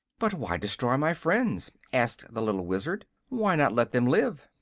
but why destroy my friends? asked the little wizard. why not let them live?